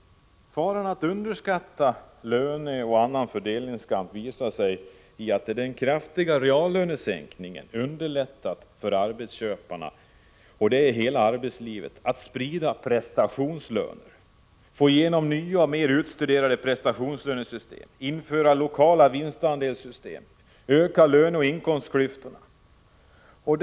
Faran av att underskatta löneoch annan fördelningskamp visar sig också i att den kraftiga reallönesänkningen underlättat för arbetsköparna — i hela arbetslivet — att sprida prestationslöner, få igenom nya och mer utstuderade prestationslönesystem, införa lokala vinstandelssystem, öka löneoch inkomstklyftorna m.m.